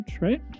right